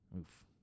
Oof